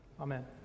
Amen